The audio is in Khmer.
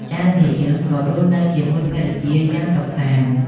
ចៅមាយើងក៏រស់នៅជាមួយភរិយាយ៉ាងសុខសាន្ត។